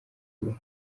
ubu